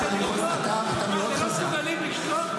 אתם לא מסוגלים לשלוט?